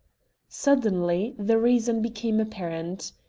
suddenly the reason became apparent.